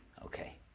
Okay